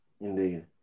Indeed